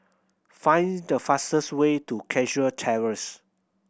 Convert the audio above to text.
find the fastest way to Cashew Terrace